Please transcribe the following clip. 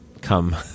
come